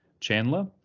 Chandler